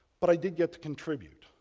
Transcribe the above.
but i did get to contribute,